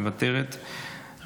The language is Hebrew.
מוותרת,